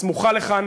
הסמוכה לכאן,